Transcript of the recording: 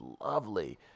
lovely